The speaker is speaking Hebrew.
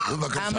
בבקשה.